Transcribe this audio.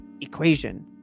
equation